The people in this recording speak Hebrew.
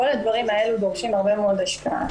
כל הדברים האלה דורשים הרבה מאוד השקעה,